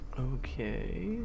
Okay